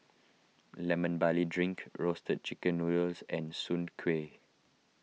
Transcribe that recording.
Lemon Barley Drink Roasted Chicken Noodles and Soon Kuih